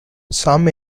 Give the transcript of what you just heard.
some